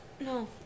No